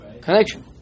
Connection